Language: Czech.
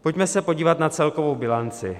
Pojďme se podívat na celkovou bilanci.